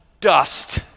dust